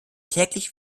täglich